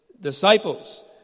disciples